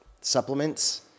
supplements